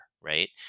right